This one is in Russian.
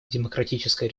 демократической